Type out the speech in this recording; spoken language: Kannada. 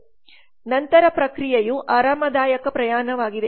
ನಂತರ ಪ್ರಕ್ರಿಯೆಯು ಆರಾಮದಾಯಕ ಪ್ರಯಾಣವಾಗಿದೆ